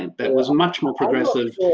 and that was much more progressive.